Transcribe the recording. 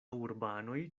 urbanoj